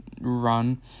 run